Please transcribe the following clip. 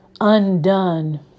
undone